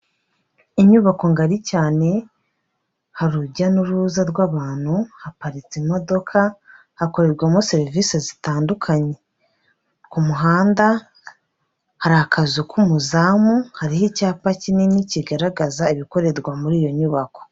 Inyubako ngari cyane, hari urujya n'uruza rw'abantu haparitse imodoka, hakorerwamo serivise zitandukanye, ku muhanda hari akazu k'umuzamu, hariho icyapa kinini kigaragaza ibikorerwa muri iyo nyubako.